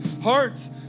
hearts